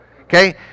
Okay